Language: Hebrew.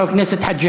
חבר הכנסת חאג'